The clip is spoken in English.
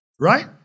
Right